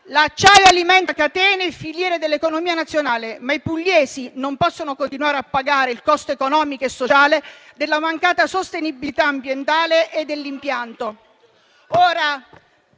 l'acciaio alimenta catene e filiere dell'economia nazionale, ma i pugliesi non possono continuare a pagare il costo economico e sociale della mancata sostenibilità ambientale dell'impianto.